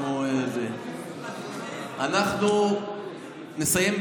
אנחנו נסיים,